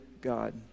God